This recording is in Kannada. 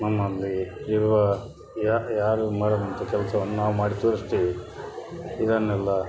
ನಮ್ಮಲ್ಲಿ ಇರುವ ಯಾರೂ ಮಾಡದಂಥ ಕೆಲಸವನ್ನು ನಾವು ಮಾಡಿ ತೋರಿಸುತ್ತೇವೆ ಇದನ್ನೆಲ್ಲ